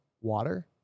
water